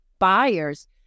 buyers